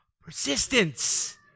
Persistence